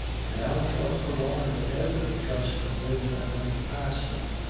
now felt alarmed at every gust of wind that went past him.